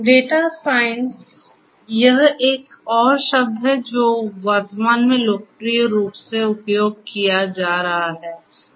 data science यह एक और शब्द है जो वर्तमान में लोकप्रिय रूप से उपयोग किया जा रहा है